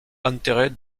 enterrés